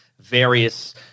various